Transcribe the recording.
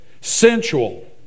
sensual